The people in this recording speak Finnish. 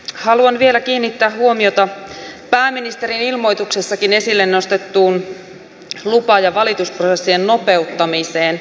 haluan vielä kiinnittää huomiota pääministerin ilmoituksessakin esille nostettuun lupa ja valitusprosessien nopeuttamiseen